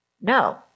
No